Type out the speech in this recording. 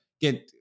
get